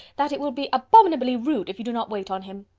that it will be abominably rude if you do not wait on him.